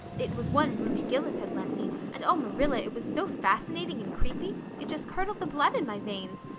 it was one ruby gillis had lent me, and, oh, marilla, it was so fascinating and creepy. it just curdled the blood in my veins.